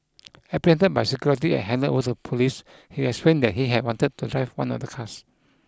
apprehended by security and handed over to police he explained that he had wanted to drive one of the cars